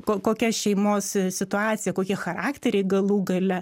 ko kokia šeimos situacija kokie charakteriai galų gale